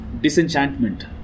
disenchantment